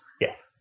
Yes